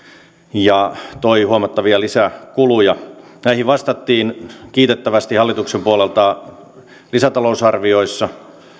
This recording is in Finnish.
ja toi huomattavia lisäkuluja näihin vastattiin kiitettävästi hallituksen puolelta lisätalousarvioissa